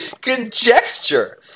conjecture